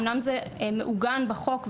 אמנם זה מעוגן בחוק,